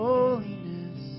Holiness